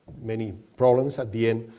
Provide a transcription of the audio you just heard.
many problems, at the end,